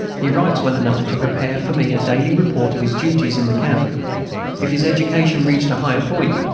he writes well enough to prepare for me a daily report of his duties in the camp if his education reached a higher point,